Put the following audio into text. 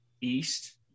east